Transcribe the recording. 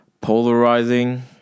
polarizing